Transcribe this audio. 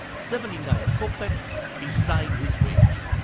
seventy nine copecks, beside his wage.